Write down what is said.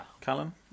Callum